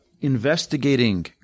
investigating